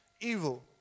evil